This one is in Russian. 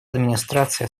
администрация